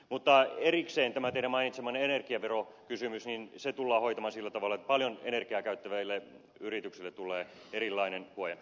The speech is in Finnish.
mutta erikseen tämä teidän mainitsemanne energiaverokysymys tullaan hoitamaan sillä tavalla että paljon energiaa käyttäville yrityksille tulee erilainen ku oe